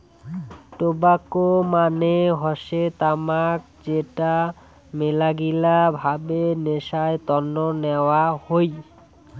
tobacco মানে হসে তামাক যেটা মেলাগিলা ভাবে নেশার তন্ন নেওয়া হই